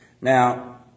Now